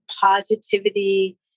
positivity